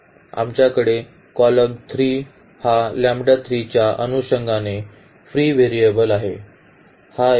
आमच्याकडे कॉलम 3 हा च्या अनुषंगाने फ्री व्हेरिएबल आहे